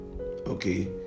okay